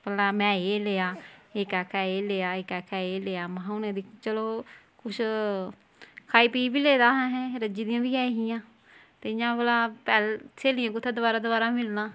भला में एह् लेआ इक आक्खै एह् लेआ इक आक्खै एह् लेआ महां हून चलो कुछ खाई पी बी लेदा बी ऐ हा असें रज्जी दियां बी ऐ हियां ते इयां भला पै स्हेलियें कुत्थें दबारा दबारा मिलना